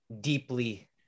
deeply